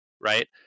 right